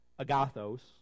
agathos